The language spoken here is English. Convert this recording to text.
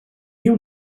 you